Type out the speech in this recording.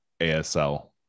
ASL